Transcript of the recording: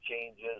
changes